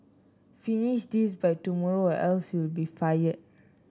finish this by tomorrow or else you'll be fired